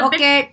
Okay